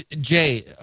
jay